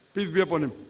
please be upon him